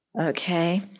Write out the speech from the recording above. Okay